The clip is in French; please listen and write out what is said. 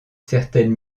certaines